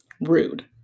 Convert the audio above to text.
rude